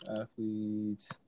athletes